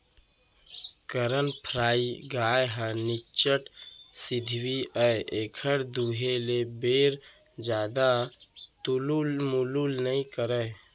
करन फ्राइ गाय ह निच्चट सिधवी अय एहर दुहे के बेर जादा तुलुल मुलुल नइ करय